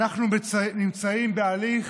אנחנו נמצאים בהליך